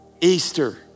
Easter